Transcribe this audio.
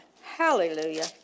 Hallelujah